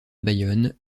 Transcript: bayonne